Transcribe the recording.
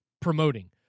promoting